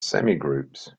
semigroups